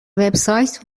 وبسایت